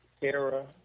era